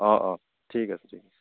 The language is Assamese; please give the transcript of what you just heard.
অঁ অঁ ঠিক আছে ঠিক আছে